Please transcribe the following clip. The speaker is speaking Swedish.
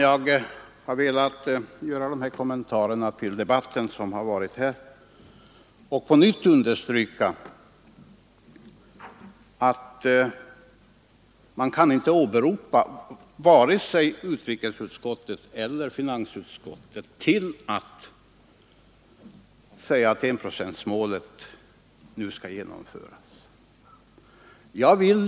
Jag har velat göra de här kommentarerna till dagens debatt och på nytt understryka att man inte kan åberopa vare sig utrikesutskottet eller finansutskottet och säga att enprocentsmålet nu skall uppnås.